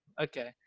Okay